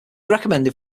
recommended